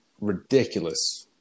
ridiculous